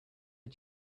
got